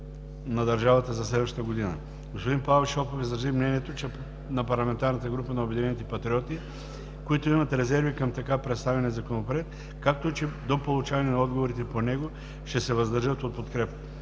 на държавата за следващата година. Господин Павел Шопов изрази мнението на парламентарната група на Обединените патриоти, които имат резерви към така представения Законопроект, че до получаване на отговорите по него ще се въздържат от подкрепа.